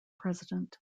president